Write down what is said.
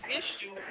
issue